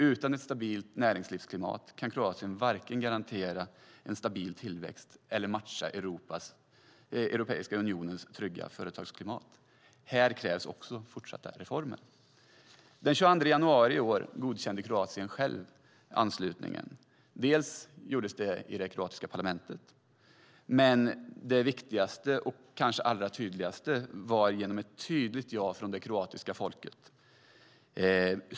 Utan ett stabilt näringslivsklimat kan Kroatien varken garantera en stabil tillväxt eller matcha Europeiska unionens trygga företagsklimat. Här krävs fortsatta reformer. Den 22 januari i år godkände Kroatien självt anslutningen. Det gjordes i det kroatiska parlamentet men framför allt genom ett tydligt ja från det kroatiska folket.